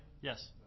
Yes